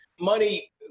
Money